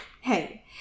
Hey